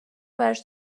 براش